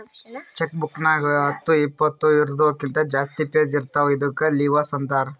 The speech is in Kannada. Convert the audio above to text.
ಚೆಕ್ ಬುಕ್ ನಾಗ್ ಹತ್ತು ಇಪ್ಪತ್ತು ಇದೂರ್ಕಿಂತ ಜಾಸ್ತಿ ಪೇಜ್ ಇರ್ತಾವ ಇದ್ದುಕ್ ಲಿವಸ್ ಅಂತಾರ್